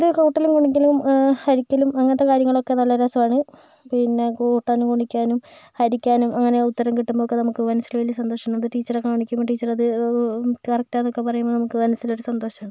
ഇത് കൂട്ടലും ഗുണിക്കലും ഹരിക്കലും അങ്ങനത്തെ കാര്യങ്ങൾ ഒക്കെ നല്ല രസമാണ് പിന്നെ കൂട്ടാനും ഗുണിക്കാനും ഹരിക്കാനും അങ്ങനെ ഉത്തരം കിട്ടുമ്പോൾ ഒക്കെ നമുക്ക് മനസ്സിൽ വലിയ സന്തോഷം തോന്നും ടീച്ചറെ കാണിക്കുമ്പോൾ ടീച്ചർ അത് കറക്റ്റാണ് എന്നൊക്കെ പറയുമ്പോൾ നമുക്ക് മനസ്സിലൊരു സന്തോഷമാണ്